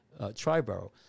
triborough